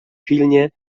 pilnie